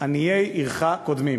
עניי עירך קודמים.